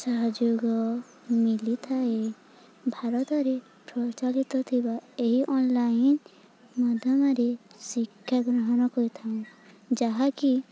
ସହଯୋଗ ମିଲିଥାଏ ଭାରତରେ ପ୍ରଚଳିତ ଥିବା ଏହି ଅନଲାଇନ୍ ମାଧ୍ୟମରେ ଶିକ୍ଷା ଗ୍ରହଣ କରିଥାଉ ଯାହାକି